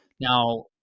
now